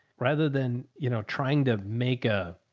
rather than, you know, trying to make a,